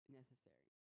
necessary